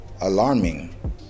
alarming